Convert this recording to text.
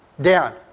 down